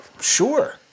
Sure